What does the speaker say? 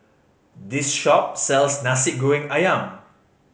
this shop sells Nasi Goreng Ayam